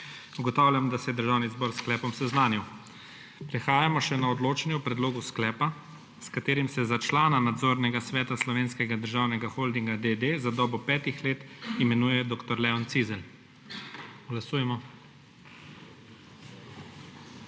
Ugotavljam, da se je Državni zbor s sklepom seznanil. Prehajamo še na odločanje o predlogu sklepa, s katerim se za člana nadzornega sveta Slovenskega državnega holdinga, d. d., za dobo pet let imenuje dr. Leon Cizelj. Glasujemo.